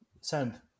send